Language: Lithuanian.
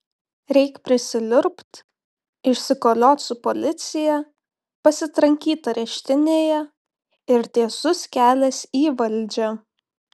reik prisiliurbt išsikoliot su policija pasitrankyt areštinėje ir tiesus kelias į valdžią